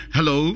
Hello